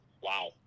Wow